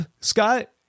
Scott